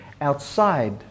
outside